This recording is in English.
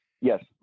Yes